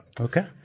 Okay